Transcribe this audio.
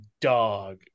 dog